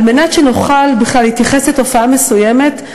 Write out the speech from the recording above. כדי שנוכל בכלל להתייחס לתופעה מסוימת,